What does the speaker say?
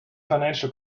financial